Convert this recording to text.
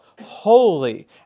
holy